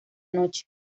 noche